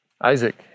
Isaac